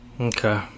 Okay